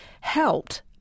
helped